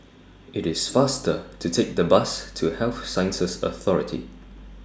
IT IS faster to Take The Bus to Health Sciences Authority